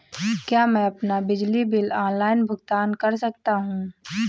क्या मैं अपना बिजली बिल ऑनलाइन भुगतान कर सकता हूँ?